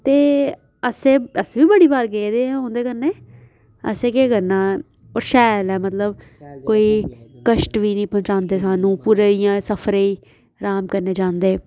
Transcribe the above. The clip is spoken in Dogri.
ते असें अस बी बड़ी बार गेदे हा उं'दे कन्नै असें केह् करना ओह् शैल ऐ मतलब कोई कश्ट बी नी पजांदे सानूं कुदै इ'यां सफरै ई आराम कन्नै जांदे